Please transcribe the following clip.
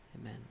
amen